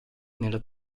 nella